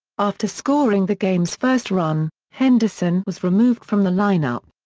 after scoring the game's first run, henderson was removed from the lineup.